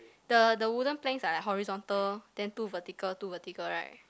the the wooden planks are horizontal then two vertical two vertical right